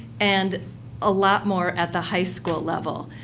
and a lot more at the high school level.